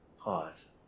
pause